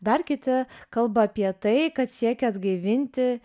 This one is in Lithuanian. dar kiti kalba apie tai kad siekia atgaivinti